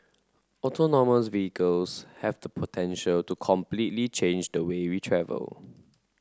autonomous vehicles have the potential to completely change the way we travel